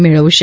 મેળવશે